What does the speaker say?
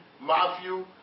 Matthew